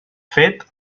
fet